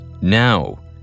Now